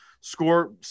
score